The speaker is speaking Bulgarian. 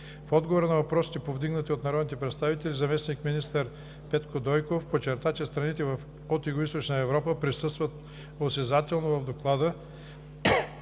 В отговор на въпросите, повдигнати от народните представители, заместник-министър Петко Дойков подчерта, че страните от Югоизточна Европа присъстват осезателно в Доклада,